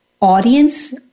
audience